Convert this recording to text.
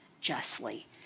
justly